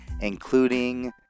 including